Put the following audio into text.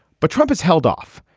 but trump has held off.